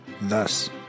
Thus